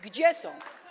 Gdzie są?